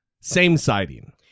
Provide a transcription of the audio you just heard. same-siding